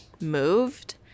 moved